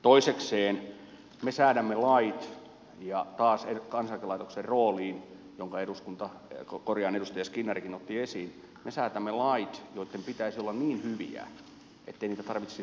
toisekseen me säädämme lait ja taas kansaneläkelaitoksen rooliin jonka edustaja skinnarikin otti esiin joitten pitäisi olla niin hyviä ettei niitä tarvitsisi tulkita